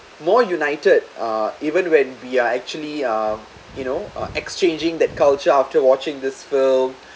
more united uh even when we are actually uh you know uh exchanging that culture after watching this film